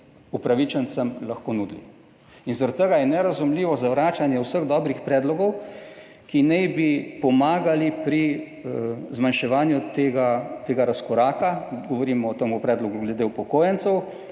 upravičencem lahko nudili in zaradi tega je nerazumljivo zavračanje vseh dobrih predlogov. Ki naj bi pomagali pri zmanjševanju tega, tega razkoraka, govorimo o temu predlogu glede upokojencev,